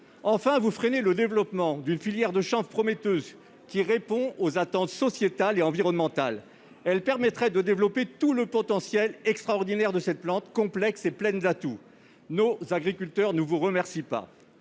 Vous freinez le développement d'une filière du chanvre prometteuse, répondant aux attentes sociétales et environnementales, permettant de développer tout le potentiel extraordinaire de cette plante complexe et pleine d'atouts. Nos agriculteurs ne vous remercient pas.